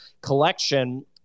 collection